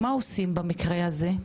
מה עושים במקרה הזה?